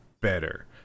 better